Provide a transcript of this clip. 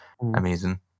amazing